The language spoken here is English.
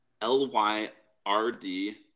l-y-r-d